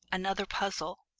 another puzzle!